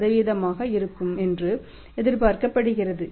3 ஆக இருக்கும் என்று எதிர்பார்க்கப்படுகிறது